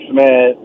man